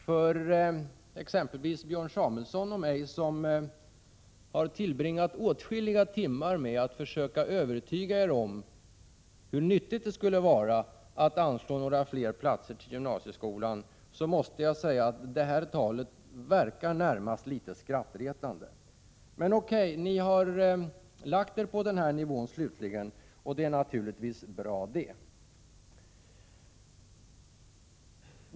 För exempelvis mig och Björn Samuelson, som har tillbringat åtskilliga timmar med att försöka övertyga er om hur nyttigt det skulle vara att anslå ytterligare några platser till gymnasieskolan, verkar det här talet närmast litet skrattretande. Men okej, ni har slutligen stannat för på denna nivå, och det är naturligtvis bra.